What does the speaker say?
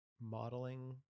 modeling